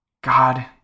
God